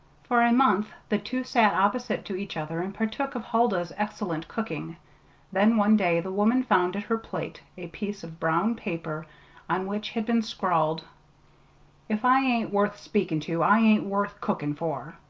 for a month the two sat opposite to each other and partook of huldah's excellent cooking then one day the woman found at her plate a piece of brown paper on which had been scrawled if i ain't worth speakin' to i ain't worth cookin' for.